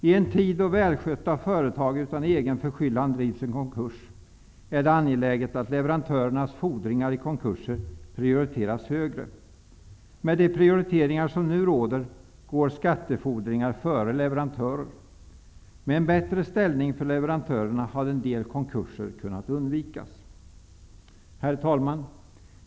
I en tid då välskötta företag utan egen förskyllan drivs i konkurs är det angeläget att leverantörernas fordringar i konkurser prioriteras högre. Med de prioriteringsregler som nu gäller går skattefordringar före leverantsfordringar. Med en bättre ställning för leverantörerna hade en del konkurser kunnat undvikas. Herr talman!